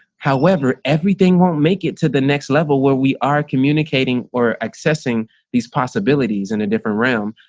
however, everything won't make it to the next level where we are communicating or accessing these possibilities in a different realm.